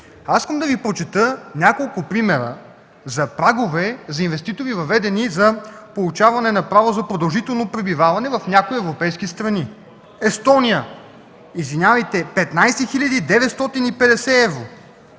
Искам да Ви прочета няколко примера за прагове за инвеститори, въведени за получаване на право за продължително пребиваване в някои европейски страни. Естония – 15 950 евро;